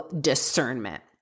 discernment